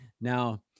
Now